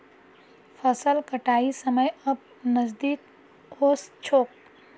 फसल कटाइर समय अब नजदीक ओस छोक